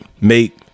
Make